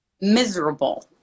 miserable